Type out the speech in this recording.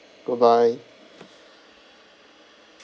goodbye